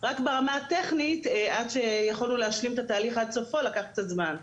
רק ברמה הטכנית עד שיכולנו להשלים את התהליך עד סופו לקח קצת זמן,